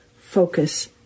Focus